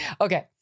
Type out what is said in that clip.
Okay